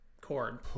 cord